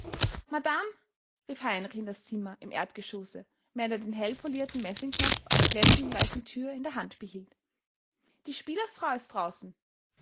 madame rief heinrich in das zimmer im erdgeschosse während er den hellpolierten messingknopf an der glänzend weißen thür in der hand behielt die spielersfrau ist draußen